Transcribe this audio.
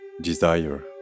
desire